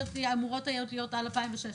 שאמורות היו להיות עד 2006?